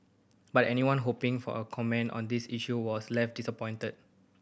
but anyone hoping for a comment on the issue was left disappointed